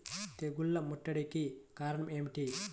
తెగుళ్ల ముట్టడికి కారణం ఏమిటి?